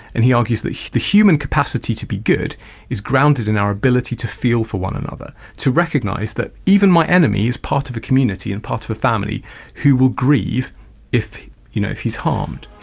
and he argues that the human capacity to be good is grounded in our ability to feel for one another, to recognise that even my enemy is part of a community and part of a family who will grieve if you know if he's harmed.